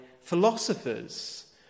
philosophers